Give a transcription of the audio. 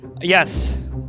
Yes